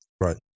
Right